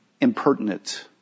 impertinent